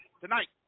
Tonight